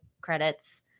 credits